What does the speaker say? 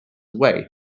away